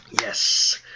Yes